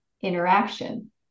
interaction